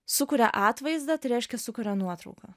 sukuria atvaizdą tai reiškia sukuria nuotrauka